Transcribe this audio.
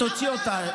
תוציא אותה.